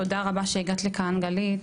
תודה רבה שהגעת לכאן גלית